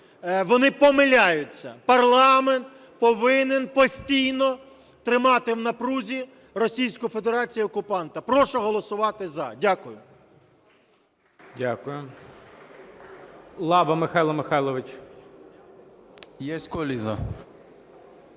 вони помиляються. Парламент повинен постійно тримати в напрузі Російську Федерацію окупанта. Прошу голосувати "за". Дякую.